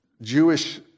Jewish